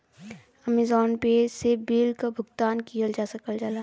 Amazon Pay से bill क भुगतान किहल जा सकला